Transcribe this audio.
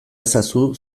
ezazu